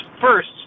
first